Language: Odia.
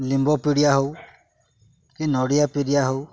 ଲିମ୍ବ ପିଡ଼ିଆ ହଉ କି ନଡ଼ିଆ ପିଡ଼ିଆ ହଉ